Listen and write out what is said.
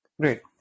Great